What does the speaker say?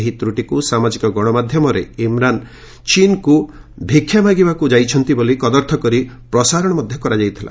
ଏହି ତ୍ରଟିକୁ ସାମାଜିକ ଗଣମାଧ୍ୟମରେ ଇମ୍ରାନ୍ ଚୀନ୍କୁ ଭିକ୍ଷା ମାଗିବାକୁ ଯାଇଛନ୍ତି ବୋଲି କଦର୍ଥ କରି ପ୍ରସାରଣ କରାଯାଇଥିଲା